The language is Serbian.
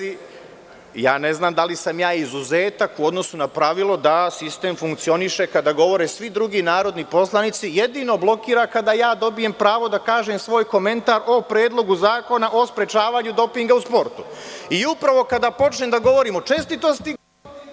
Dame i gospodo narodni poslanici, ne znam da li sam ja izuzetak u odnosu na pravilo da sistem funkcioniše kada govore svi drugi narodni poslanici, jedino blokira kad ja dobijem pravo da kažem svoj komentar o Predlogu zakona o sprečavanju dopinga u sportu i upravo kada počnem da govorim o čestitosti…